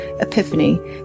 epiphany